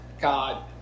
God